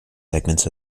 segments